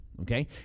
okay